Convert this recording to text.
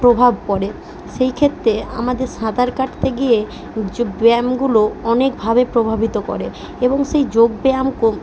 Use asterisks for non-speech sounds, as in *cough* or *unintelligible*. প্রভাব পড়ে সেই ক্ষেত্রে আমাদের সাঁতার কাটতে গিয়ে ব্যায়ামগুলো অনেকভাবে প্রভাবিত করে এবং সেই যোগ ব্যায়াম *unintelligible*